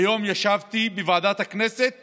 היום ישבתי בוועדת הכנסת